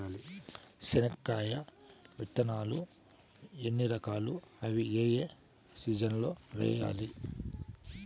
చెనక్కాయ విత్తనాలు ఎన్ని రకాలు? అవి ఏ ఏ సీజన్లలో వేయాలి?